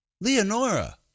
Leonora